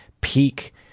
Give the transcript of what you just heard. peak